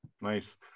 nice